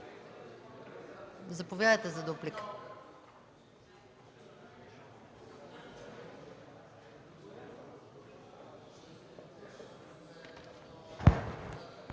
Заповядайте за реплика.